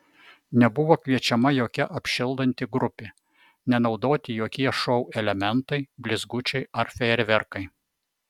nebuvo kviečiama jokia apšildanti grupė nenaudoti jokie šou elementai blizgučiai ar fejerverkai